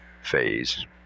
phase